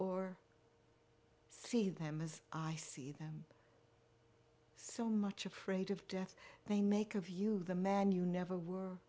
or see them as i see them so much afraid of death they make of you the man you never were